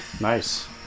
nice